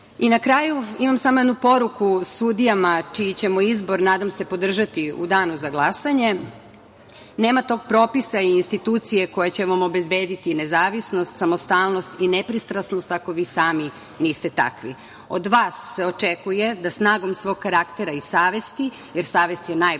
kraju imam samo jednu poruku sudijama čiji ćemo izbor, nadam se, podržati u danu za glasanje. Nema tog propisa i institucije koji će vam obezbediti nezavisnost, samostalnost i nepristrasnost ako vi samo niste takvi. Od vas se očekuje da snagom svog karaktera i savesti, jer savest je najbolji